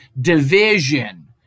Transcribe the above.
Division